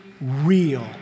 real